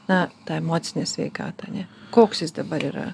na tą emocinę sveikatą ane koks jis dabar yra